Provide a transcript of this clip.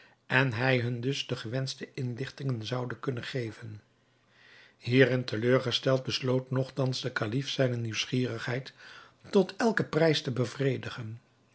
en hij hen dus de gewenschte inlichtingen zoude kunnen geven hierin teleurgesteld besloot nogtans de kalif zijne nieuwsgierigheid tot elken prijs te bevredigen